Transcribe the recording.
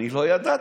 אני לא ידעתי.